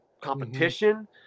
competition